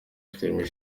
clement